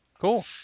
Cool